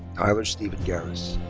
tyler steven garris.